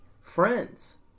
friends